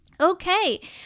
Okay